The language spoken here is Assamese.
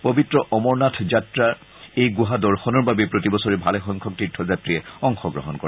পবিত্ৰ অমৰনাথ যাত্ৰা এই গুহা দৰ্শনৰ বাবেই প্ৰতিবছৰে ভালেসংখ্যক তীৰ্থযাত্ৰীয়ে অংশগ্ৰহণ কৰে